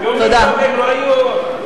מה הקשר?